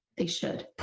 they should.